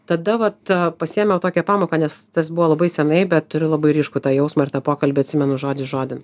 tada vat pasiėmiau tokią pamoką nes tas buvo labai senai bet turiu labai ryškų tą jausmą ir tą pokalbį atsimenu žodis žodin